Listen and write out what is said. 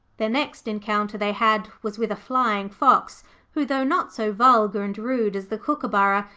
the next encounter they had was with a flying-fox who, though not so vulgar and rude as the kookaburra,